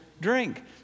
drink